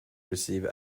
receive